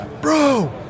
bro